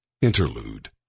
Interlude